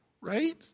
Right